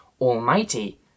almighty